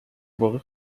واقع